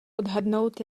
odhadnout